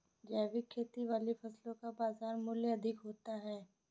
जैविक खेती वाली फसलों का बाज़ार मूल्य अधिक होता है